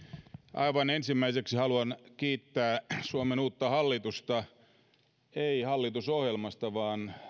aivan ensimmäiseksi en halua kiittää suomen uutta hallitusta hallitusohjelmasta vaan